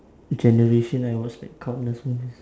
generation I watched like countless movies